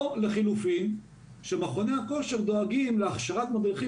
או לחילופין שמכוני הכושר דואגים להכשרת מדריכים